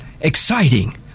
exciting